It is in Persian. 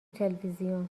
تلویزیون